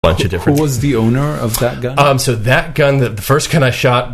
מי היה הבעלים של האקדח הזה? אה, אז האקדח הזה, האקדח הראשון שיריתי בו...